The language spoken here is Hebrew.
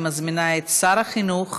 ואני מזמינה את שר החינוך